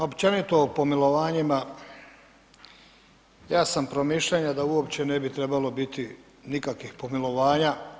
Općenito o pomilovanjima, ja sam promišljanja da uopće ne bi trebalo biti nikakvih pomilovanja.